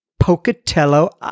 Pocatello